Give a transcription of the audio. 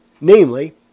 namely